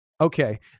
Okay